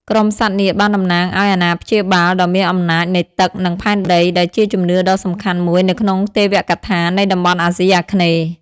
ក្រុមសត្វនាគបានតំណាងឲ្យអាណាព្យាបាលដ៏មានអំណាចនៃទឹក និងផែនដី ដែលជាជំនឿដ៏សំខាន់មួយនៅក្នុងទេវកថានៃតំបន់អាស៊ីអាគ្នេយ៍។